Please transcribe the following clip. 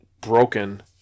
broken